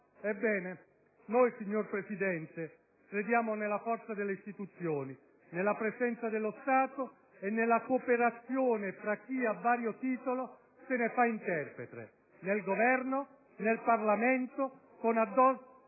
Ebbene noi, signor Presidente, crediamo nella forza delle istituzioni, nella presenza dello Stato e nella cooperazione fra chi, a vario titolo, se ne fa interprete: nel Governo, nel Parlamento, con chi